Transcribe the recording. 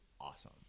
awesome